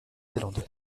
zélande